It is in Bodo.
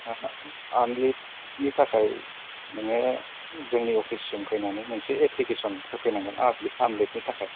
आ आर्न लिफनि थाखाय नोङो जोंनि अफिससिम फैनानै मोनसे एप्लिकेसन होफैनांगोन आर्न लिफनि थाखाय